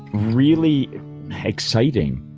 really exciting.